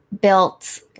built